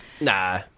Nah